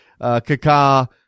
Kaka